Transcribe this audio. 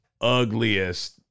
ugliest